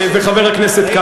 עדיף שתגנה אותנו.